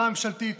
גם הממשלתית